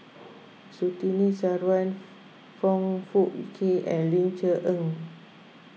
Surtini Sarwan Foong Fook Kay and Ling Cher Eng